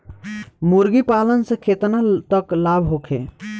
मुर्गी पालन से केतना तक लाभ होखे?